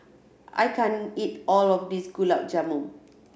I can't eat all of this Gulab Jamun